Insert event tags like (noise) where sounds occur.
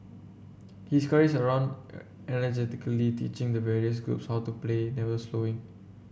he scurries around (unintelligible) energetically teaching the various groups how to play never slowing